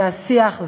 זה השיח,